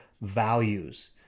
values